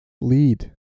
lead